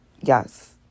Yes